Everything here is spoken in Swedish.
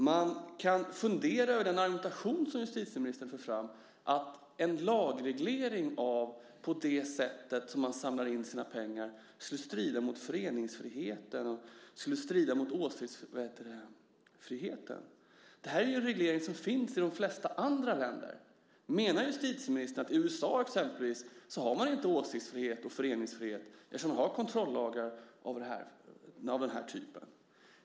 Man kan fundera över den argumentation som justitieministern för fram, alltså att en lagreglering av sättet att samla in pengar skulle strida mot föreningsfriheten och åsiktsfriheten. En reglering här finns i de flesta andra länder. Menar justitieministern att man exempelvis i USA inte har åsiktsfrihet och föreningsfrihet eftersom de har kontrollagar av den här typen?